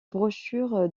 brochure